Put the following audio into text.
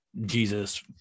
jesus